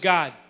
God